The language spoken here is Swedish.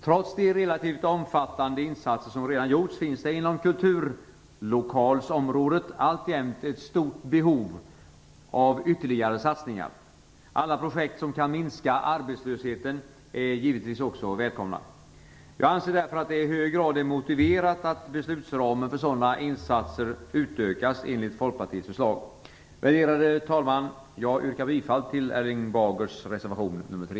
Trots de relativt omfattande insatser som redan gjorts finns det inom kulturlokalsområdet alltjämt ett stort behov av ytterligare satsningar. Alla projekt som kan minska arbetslösheten är givetvis också välkomna. Jag anser därför att det i hög grad är motiverat att beslutsramen för sådana insatser utökas enligt Folkpartiets förslag. Värderade talman! Jag yrkar bifall till Erling Bagers reservation nr 3.